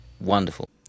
wonderful